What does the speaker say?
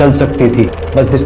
up, diti!